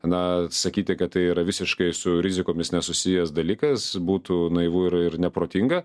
na sakyti kad tai yra visiškai su rizikomis nesusijęs dalykas būtų naivu ir ir neprotinga